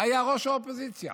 היה ראש האופוזיציה.